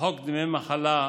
לחוק דמי מחלה,